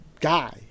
guy